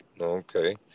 Okay